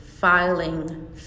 filing